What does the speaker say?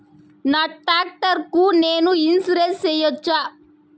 నా టాక్టర్ కు నేను ఇన్సూరెన్సు సేయొచ్చా?